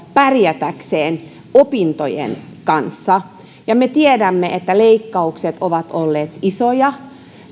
pärjätäkseen opintojen kanssa ja me tiedämme että leikkaukset ovat olleet isoja